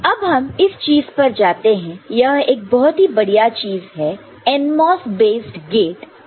तो अब हम इस चीज पर जाते हैं यह एक बहुत ही बढ़िया चीज है MOS बेस्ड गेट के बारे में